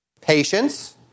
Patience